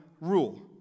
rule